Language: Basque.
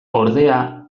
ordea